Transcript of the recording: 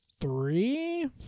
three